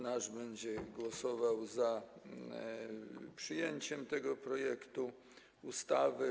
Nasz klub będzie głosował za przyjęciem tego projektu ustawy.